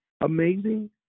amazing